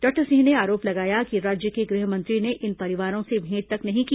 doctor Singh ने आरोप लगाया कि राज्य के गृह मंत्री ने इन परिवारों से भेंट तक नहीं की